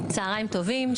צהריים טובים,